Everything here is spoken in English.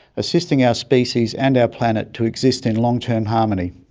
assisting our species and our planet to exist in long-term harmony.